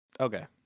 okay